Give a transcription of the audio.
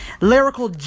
Lyrical